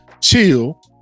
chill